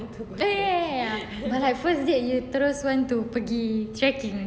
oh ya ya ya ya but like first date you terus want to pergi trekking